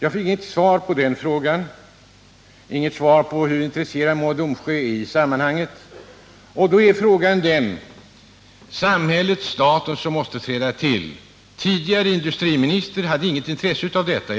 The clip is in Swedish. Jag fick inget svar på den frågan, och inget svar på hur stort intresse Mo och Domsjö visat i det här sammanhanget. Då är frågan om inte samhället och staten måste träda till. Den tidigare industriministern hade inget intresse av detta.